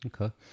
Okay